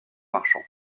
marchand